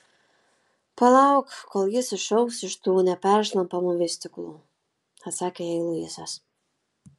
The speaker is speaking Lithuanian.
palauk kol jis išaugs iš tų neperšlampamų vystyklų atsakė jai luisas